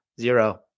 zero